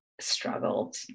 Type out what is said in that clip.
struggled